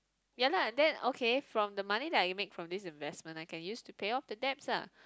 ya lah then okay from the money that I make from this investment I can use to pay off the debts ah